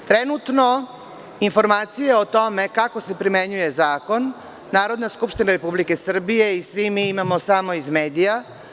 Trenutno informacije o tome kako se primenjuje zakon, Narodna skupština Republike Srbije i svi mi imamo samo iz medija.